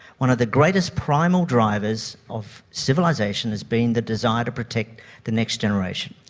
one of the greatest primal drivers of civilisation has been the desire to protect the next generation.